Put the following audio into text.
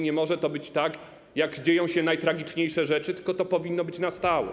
Nie może to być tak, gdy dzieją się najtragiczniejsze rzeczy, tylko to powinno być na stałe.